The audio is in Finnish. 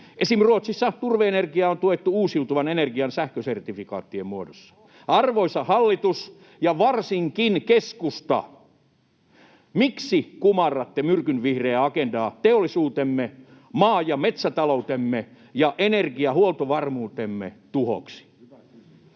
Esim. Ruotsissa turve-energiaa on tuettu uusiutuvan energian sähkösertifikaattien muodossa. Arvoisa hallitus ja varsinkin keskusta, miksi kumarratte myrkynvihreää agendaa teollisuutemme, maa‑ ja metsätaloutemme ja energiahuoltovarmuutemme tuhoksi? [Speech